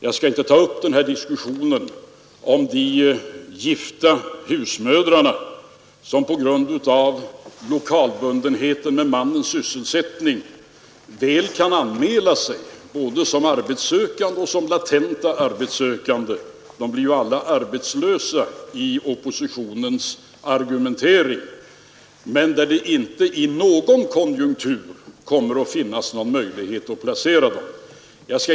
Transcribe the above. Jag skall inte ta upp diskussionen om de gifta husmödrarna som på grund av lokalbundenheten till mannens sysselsättning väl kan anmäla sig både som arbetssökande och som latenta arbetssökande — de blir ju alla arbetslösa i oppositionens argumentering — men som det inte i någon konjunktur finns möjlighet att placera.